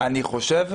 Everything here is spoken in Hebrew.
אני חושב,